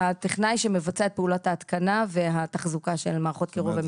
הטכנאי שמבצע את פעולת ההתקנה והתחזוקה של מערכות קירור ומיזוג אוויר.